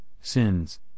sins